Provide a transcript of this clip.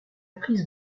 prise